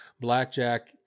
blackjack